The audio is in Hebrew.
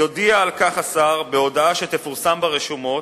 יודיע על כך השר בהודעה שתפורסם ברשומות,